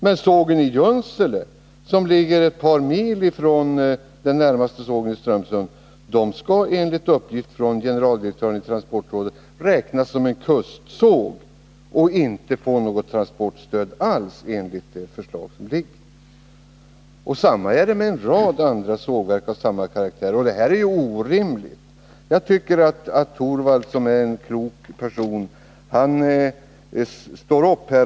Men sågen i Junsele, som ligger ett par mil ifrån den närmaste sågen i Strömsund, skall, uppger generaldirektören i transportrådet, räknas som en kustsåg och inte få något transportstöd alls, enligt det förslag som föreligger. På samma sätt är det med en rad andra sågverk av samma karaktär. Detta är orimligt. Jag tycker att Rune Torwald, som är en klok person, bör stå upp hä.